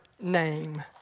name